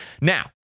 Now